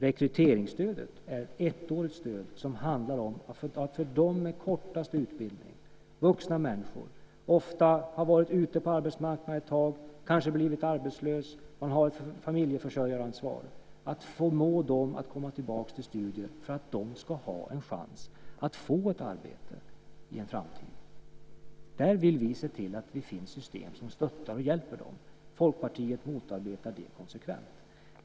Rekryteringsstödet är ett ettårigt stöd för dem med kortast utbildning. Det är vuxna människor som ofta har varit ute på arbetsmarknaden ett tag. De har kanske blivit arbetslösa och har ett familjeförsörjaransvar. Det handlar om att förmå dem att komma tillbaks till studier för att de ska ha en chans att få ett arbete i en framtid. Vi vill se till att det finns system som stöttar och hjälper dem. Folkpartiet motarbetar det konsekvent.